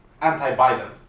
anti-Biden